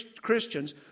Christians